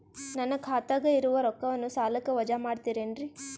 ನನ್ನ ಖಾತಗ ಇರುವ ರೊಕ್ಕವನ್ನು ಸಾಲಕ್ಕ ವಜಾ ಮಾಡ್ತಿರೆನ್ರಿ?